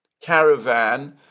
caravan